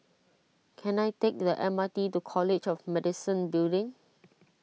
can I take the M R T to College of Medicine Building